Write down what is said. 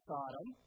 Sodom